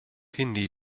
hindi